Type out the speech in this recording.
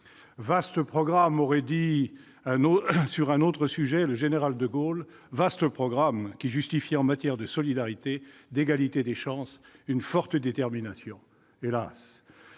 « Vaste programme », aurait dit, sur un autre sujet le général de Gaulle. Vaste programme, qui justifiait, en matière de solidarité et d'égalité des chances, une forte détermination.